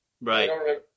Right